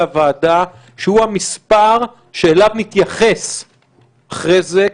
הוועדה שהוא המס' שאליו נתייחס אחרי זה,